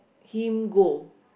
him go